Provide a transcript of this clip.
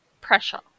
pressure